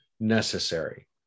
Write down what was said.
necessary